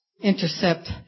intercept